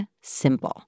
simple